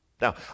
Now